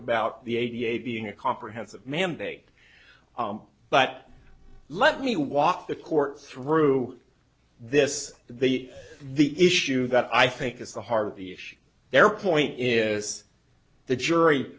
about the a b a being a comprehensive mandate but let me walk the court through this the the issue that i think is the heart of the issue their point is the jury